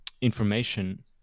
information